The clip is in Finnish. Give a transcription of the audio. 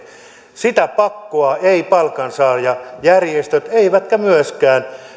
sitä pakkoa eivät palkansaajajärjestöt eivätkä myöskään